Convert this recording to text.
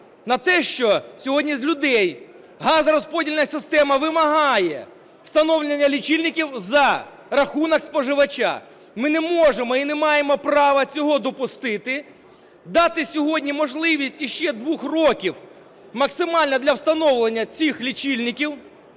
на те, що сьогодні з людей газорозподільна система вимагає встановлення лічильників за рахунок споживача. Ми не можемо і не маємо права цього допустити, дати сьогодні можливість ще 2 років максимально для встановлення цих лічильників,